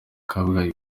kabgayi